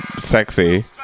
sexy